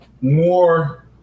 more